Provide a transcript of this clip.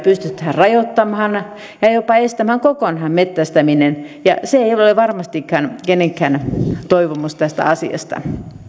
pystytään rajoittamaan ja ja jopa estämään kokonaan metsästäminen ja se ei ole ole varmastikaan kenenkään toivomus tästä asiasta